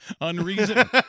unreason